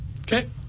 Okay